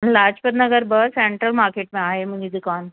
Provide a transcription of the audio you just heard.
लाजपत नगर ब centre market में आहे मुंहिंजी दुकानु